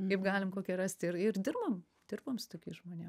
kaip galim kokį rasti ir ir dirbam dirbam su tokiais žmonėm